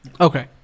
okay